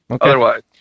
Otherwise